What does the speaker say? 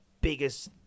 biggest